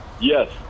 Yes